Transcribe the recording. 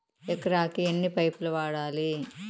ఎకరాకి ఎన్ని పైపులు వాడాలి?